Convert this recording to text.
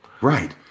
Right